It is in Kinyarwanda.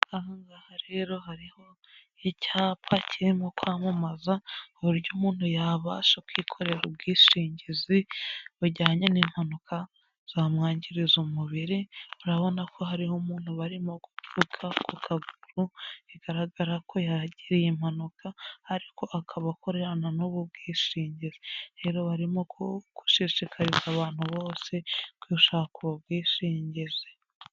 Aha ngaha rero hariho icyapa kirimo kwamamaza, uburyo umuntu yabasha kwikorera ubwishingizi bujyanye n'impanuka zamwangiriza umubiri, urabona ko hariho umuntu barimo gupfuka ku kaguru, bigaragara ko yahagiriye impanuka, ariko akaba akorerana n'ubu bwishingizi, rero barimo gushishikariza abantu bose gushaka ubu bwishingizi.